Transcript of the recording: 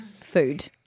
food